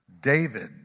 David